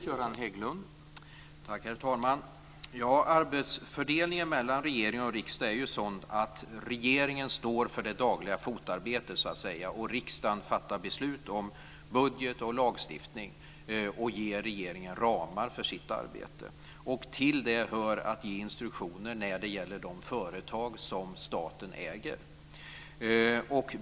Herr talman! Arbetsfördelningen mellan regering och riksdag är ju sådan att regeringen står för det dagliga fotarbetet så att säga och att riksdagen fattar beslut om budget och lagar och ger regeringen ramar för dess arbete. Till det hör att ge instruktioner när det gäller de företag som staten äger.